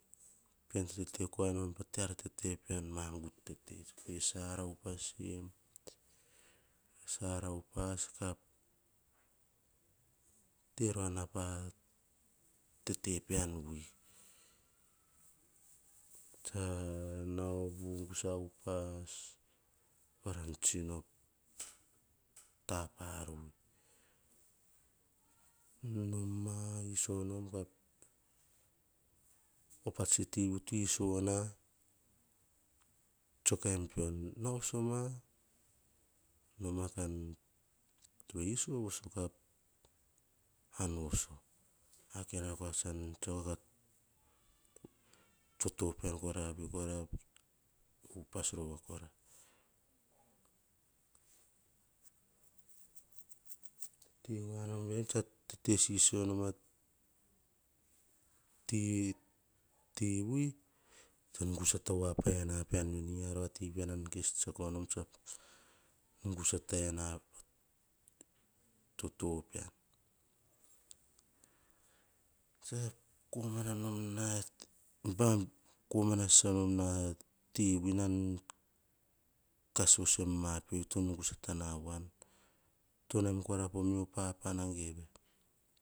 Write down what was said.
Tete korai nom pa ar tete pean, ma tete upas pean pe sara upas sem, sara upas ka te rova na pa tete pean vi. Tsa nau, vugusa upas ka ta pa ar vi. Noma, op a tivi to iso na tsue kaim pio, nai voso ma, noma ka iso voso ka an voso. Ar kora ka tsue a ti. Toto pean kora vi kora upas rova kora te wa nom ven, tsa te sisio ma ti wi ka nungusata pean veni, ar ti nan kes tsiako nom ka nusata toto pean tsan komana nom na baim komana sasa nom ti vi to nan kas vosuem ma pio to nungu sata, a pean to naim kora po mio papana geve.